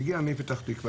המשפחה הגיעה מפתח תקוה,